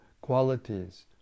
qualities